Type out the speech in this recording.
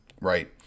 Right